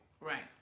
Right